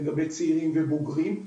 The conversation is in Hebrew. לגבי צעירים ובוגרים.